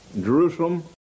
Jerusalem